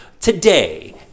Today